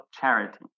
charity